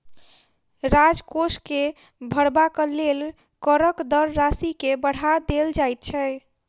राजकोष के भरबाक लेल करक दर राशि के बढ़ा देल जाइत छै